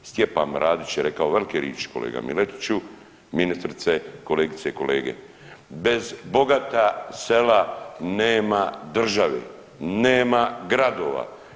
Stjepan Radić je rekao velke riči kolega Miletiću, ministrice, kolegice i kolege, bez bogata sela nema države, nema gradova.